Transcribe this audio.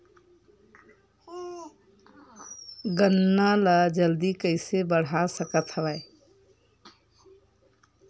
गन्ना ल जल्दी कइसे बढ़ा सकत हव?